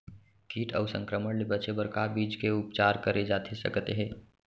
किट अऊ संक्रमण ले बचे बर का बीज के उपचार करे जाथे सकत हे?